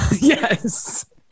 Yes